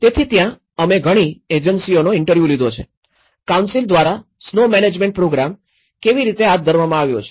તેથી ત્યાં અમે ઘણી એજન્સીઓનો ઇન્ટરવ્યુ લીધો છે કાઉન્સિલ દ્વારા સ્નો મેનેજમેન્ટ પ્રોગ્રામ કેવી રીતે હાથ ધરવામાં આવ્યો છે